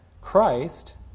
Christ